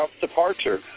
departure